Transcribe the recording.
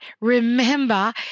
remember